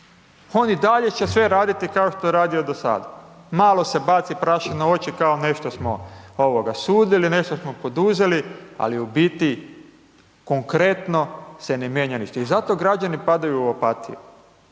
Oni i dalje će sve raditi, kao što je radio do sada, malo se baci prašina u oči, kao nešto smo sudili, nešto smo poduzeli, ali u biti, konkretno se ne mijenja ništa i zato građani padaju u opatiji.